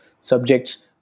subjects